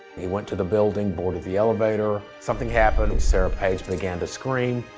he went to the building boarded the elevator. something happened. sarah page began to scream.